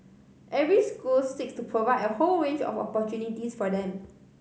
every school seeks to provide a whole range of opportunities for them